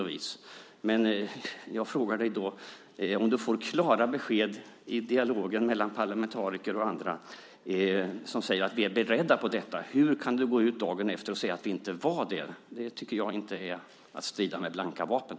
Om du får klara besked i dialogen mellan parlamentariker och andra som säger att vi är beredda till detta, hur kan du då dagen efter säga att vi inte var det? Det tycker jag inte är att strida med blanka vapen.